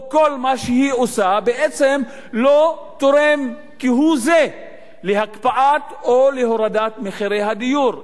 או כל מה שהיא עושה לא תורם כהוא-זה להקפאת או להורדת מחירי הדיור.